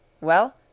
Well